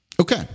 okay